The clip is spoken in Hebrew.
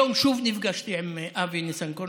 היום שוב נפגשתי עם אבי ניסנקורן,